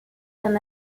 d’un